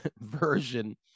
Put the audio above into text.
version